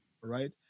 right